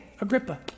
Agrippa